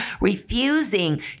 refusing